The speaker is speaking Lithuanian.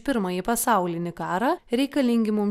pirmąjį pasaulinį karą reikalingi mum